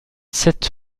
sept